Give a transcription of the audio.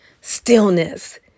Stillness